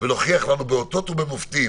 ולהוכיח לנו באותות ובמופתים